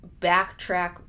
backtrack